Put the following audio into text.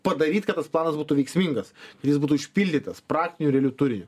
padaryt kad tas planas būtų veiksmingas ir jis būtų išpildytas praktiniu realiu turiniu